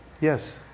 Yes